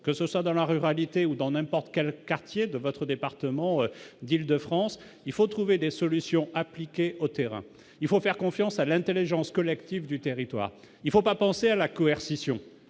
que ce soit dans la ruralité ou dans n'importe quel quartier de votre département d'Île-de-France, il faut trouver des solutions appliquées au terrain, il faut faire confiance à l'Intelligence collective du territoire il faut pas penser à la coercition,